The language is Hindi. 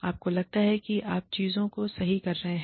आपको लगता है कि आप चीजों को सही कर रहे हैं